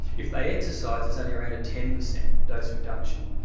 if they exercise, there's only around a ten percent dose reduction.